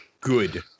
good